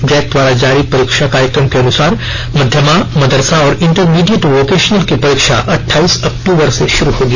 Jack द्वारा जारी परीक्षा कार्यकम के अनुसार मध्यमा मदरसा और इंटरमीडिएट वोकेशनल की परीक्षा अट्ठाईस अक्टूबर से शुरू होगी